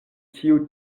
tiu